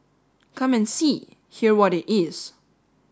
come and see hear what it is